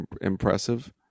impressive